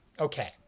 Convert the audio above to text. Okay